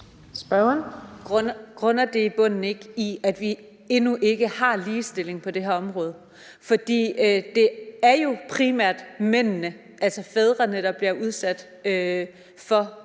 Grunder det i bunden ikke i, at vi endnu ikke har ligestilling på det her område? Det er jo primært mændene, altså fædrene, der bliver udsat for den